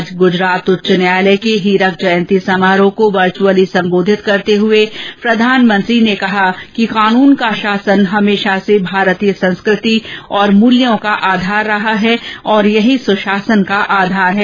आज गूजरात उच्च न्यायालय के हीरक जयंती समारोह को वर्व्अली संबोधित करते हुए प्रधानमंत्री ने कहा कि कानून का शासन हमेशा से भारतीय संस्कृति और मूल्यों का आधार रहा है और यही सुशासन का आधार है